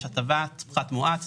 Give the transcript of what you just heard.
יש הטבת פחת מואץ